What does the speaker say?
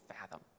fathom